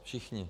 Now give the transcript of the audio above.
Všichni.